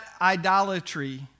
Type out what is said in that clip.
idolatry